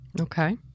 Okay